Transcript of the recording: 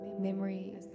Memory